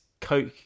Coke